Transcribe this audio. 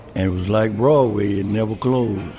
and it was like broadway. it never closed.